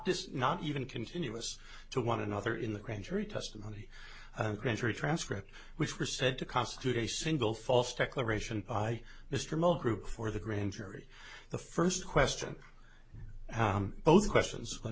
this not even continuous to one another in the grand jury testimony grand jury transcripts which were said to constitute a single false declaration mr mo group for the grand jury the first question how both questions